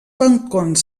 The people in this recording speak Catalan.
balcons